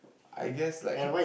I guess like